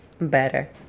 better